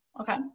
okay